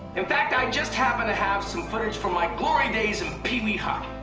in fact i just happen to have some footage from my glory days in pee pee hockey.